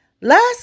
Last